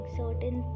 certain